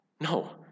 no